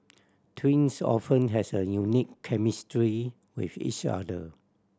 twins often has a unique chemistry with each other